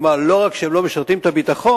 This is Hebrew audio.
כלומר, לא רק שהם לא משרתים את הביטחון,